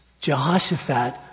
Jehoshaphat